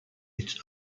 its